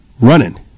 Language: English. running